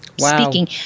speaking